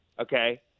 Okay